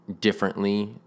differently